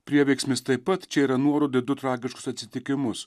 prieveiksmis taip pat čia yra nuoroda į du tragiškus atsitikimus